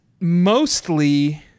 mostly